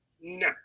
No